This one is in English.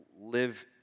live